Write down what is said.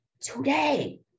today